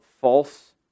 false